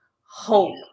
hope